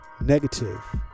Negative